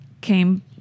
came